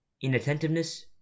inattentiveness